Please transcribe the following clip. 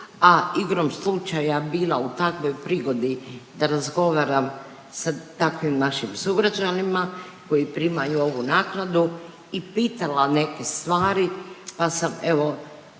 a igrom slučaja bila u takvoj prigodi da razgovaram sa takvim našim sugrađanima koji primaju ovu naknadu i pitala neke stvari pa sam evo